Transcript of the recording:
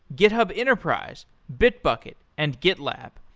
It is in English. github enterprise, bitbucket, and gitlab.